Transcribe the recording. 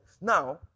Now